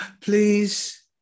please